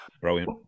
Brilliant